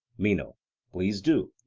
meno please do.